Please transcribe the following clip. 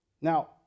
Now